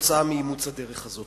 כתוצאה מאימוץ הדרך הזאת.